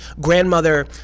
grandmother